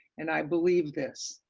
and i believe this,